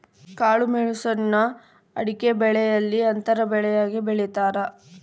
ಕಾಳುಮೆಣುಸ್ನ ಅಡಿಕೆಬೆಲೆಯಲ್ಲಿ ಅಂತರ ಬೆಳೆಯಾಗಿ ಬೆಳೀತಾರ